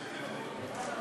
להסיר